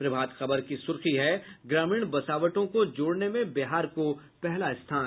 प्रभात खबर की सुर्खी है ग्रामीण बसावटों को जोड़ने में बिहार को पहला स्थान